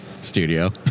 Studio